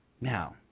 Now